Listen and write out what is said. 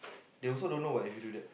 they also don't know what if you do that